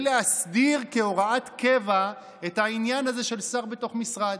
להסדיר כהוראת קבע את העניין הזה של שר בתוך משרד.